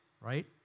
right